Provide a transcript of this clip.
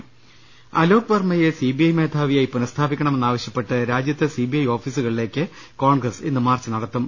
്്്്്്് അലോക് വർമ്മയെ C B I മേധാവിയായി പുനഃസ്ഥാപിക്കണ മെന്നാവശ്യപ്പെട്ട് രാജ്യത്തെ സി ബി ഐ ഓഫീസുകളിലേക്ക് കോൺഗ്രസ് ഇന്ന് മാർച്ച് നടത്തും